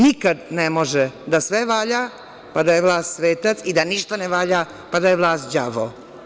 Nikada ne može da sve valja pa da je vlast svetac i da ništa ne valja pa da je vlast đavo.